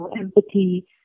empathy